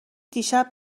دیشب